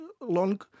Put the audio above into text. long